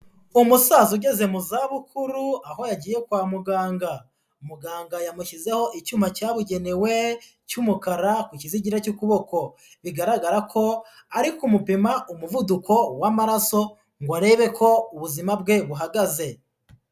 Umusaza ugeze mu zabukuru aho yagiye kwa muganga. Muganga yamushyizeho icyuma cyabugenewe cy'umukara ku kizigira cy'ukuboko, bigaragara ko ari kumupima umuvuduko w'amaraso ngo arebe ko ubuzima bwe buhagaze.